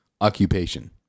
Occupation